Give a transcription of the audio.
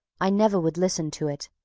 i never would listen to it.